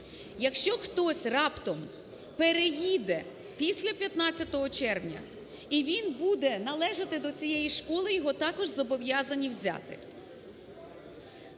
Якщо хтось раптом переїде після 15 червня і він буде належати до цієї школи, його також зобов'язані взяти.